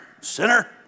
sinner